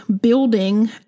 building